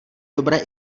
dobré